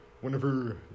whenever